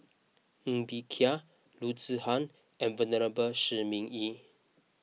Ng Bee Kia Loo Zihan and Venerable Shi Ming Yi